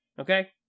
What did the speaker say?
Okay